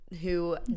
who-